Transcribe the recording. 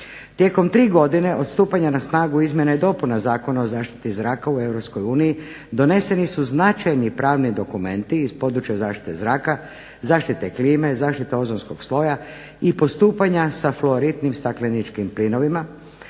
tijekom tri godine od stupanja na snagu dopuna Zakona o zaštiti zraka u Europskoj uniji doneseni su značajni pravni dokumenti iz područja zaštite zraka zaštite klime, zaštite ozonskog sloja i postupanja sa fluoritnim stakleničkim plinovima